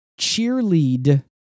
cheerlead